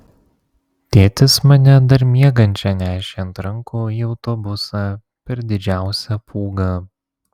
tėtis mane dar miegančią nešė ant rankų į autobusą per didžiausią pūgą